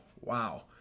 wow